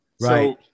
Right